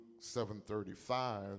7.35